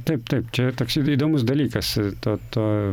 taip taip čia toks įdomus dalykas to to